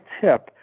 tip